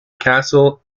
castle